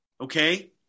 okay